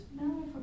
no